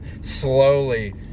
slowly